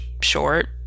short